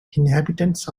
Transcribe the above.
inhabitants